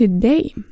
today